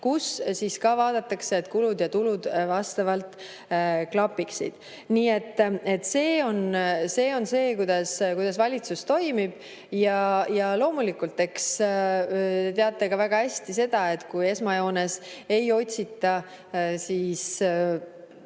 aastaks. Seal vaadatakse ka, et kulud ja tulud vastavalt klapiksid. Nii et see on see, kuidas valitsus toimib. Loomulikult, eks te teate ka väga hästi seda, kui esmajoones ei otsita tuge või